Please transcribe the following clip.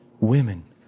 Women